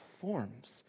forms